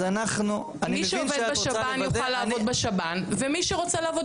מי שעובד בשב"ן יכול לעבוד בשב"ן ומי שרוצה לעבוד